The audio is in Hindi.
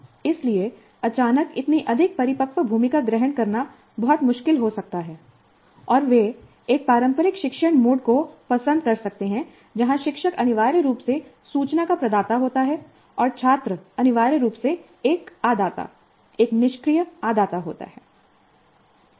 इसलिए अचानक इतनी अधिक परिपक्व भूमिका ग्रहण करना बहुत मुश्किल हो सकता है और वे एक पारंपरिक शिक्षण मोड को पसंद कर सकते हैं जहां शिक्षक अनिवार्य रूप से सूचना का प्रदाता होता है और छात्र अनिवार्य रूप से एक आदाता एक निष्क्रिय आदाता होता है